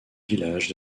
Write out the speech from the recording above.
villages